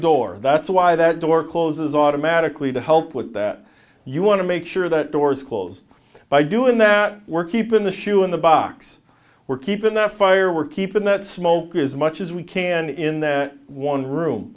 door that's why that door closes automatically to help with that you want to make sure that doors close by doing that we're keeping the shoe in the box we're keeping that fire we're keeping that smoke as much as we can in that one room